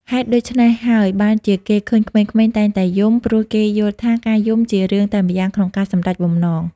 ហេតុដូច្នេះហើយបានជាគេឃើញក្មេងៗតែងតែយំ ព្រោះគេយល់ថាការយំជារឿងតែម្យ៉ាងក្នុងការសម្រេចបំណង។